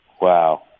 Wow